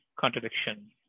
contradiction